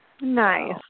Nice